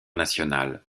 national